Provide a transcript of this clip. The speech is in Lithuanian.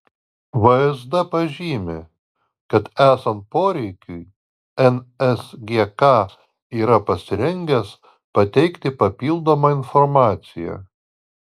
vsd pažymi kad esant poreikiui nsgk yra pasirengęs pateikti papildomą informaciją